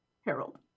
Harold